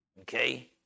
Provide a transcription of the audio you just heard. Okay